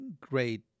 great